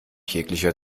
jeglicher